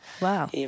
Wow